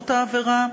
העבירה,